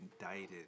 indicted